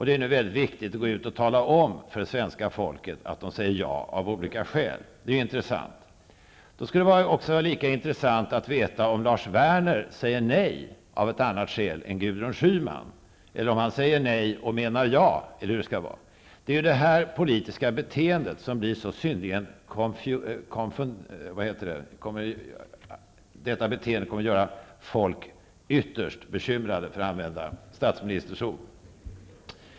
Det är nu mycket viktigt att gå ut och tala om för svenska folket att de säger ja av olika skäl, därför att det är intressant. Det skulle vara lika intressant att veta om Lars Werner säger nej av ett annat skäl än Gudrun Schyman, eller om han säger nej och menar ja, eller hur det skall vara. Det är det här politiska beteendet som gör folk ytterst bekymrade, för att använda statsministerns ord.